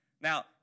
Now